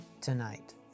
tonight